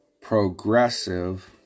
progressive